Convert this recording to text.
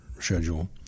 schedule